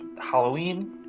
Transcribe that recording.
Halloween